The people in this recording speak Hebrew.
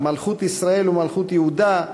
מלכות ישראל ומלכות יהודה,